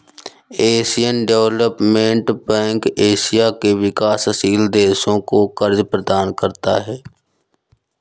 Asian Development Bank Asia के विकासशील देशों को कर्ज प्रदान करता है